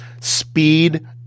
speed